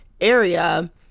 area